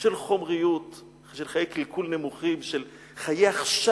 של חומריות, של חיי קלקול נמוכים, של חיי עכשיו,